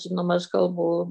žinoma aš kalbu